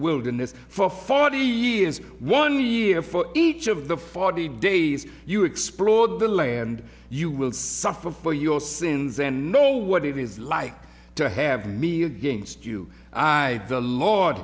wilderness for forty years one year for each of the forty days you explored the land you will suffer for your sins and know what it is like to have me against you i the lord